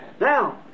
Now